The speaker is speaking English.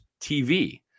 TV